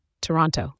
Toronto